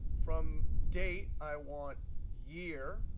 from date i want year.